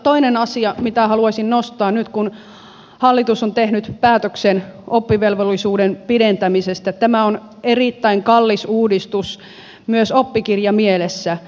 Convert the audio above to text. toinen asia minkä haluaisin nostaa esille nyt kun hallitus on tehnyt päätöksen oppivelvollisuuden pidentämisestä tämä on erittäin kallis uudistus myös oppikirjamielessä